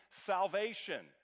salvation